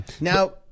now